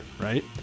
right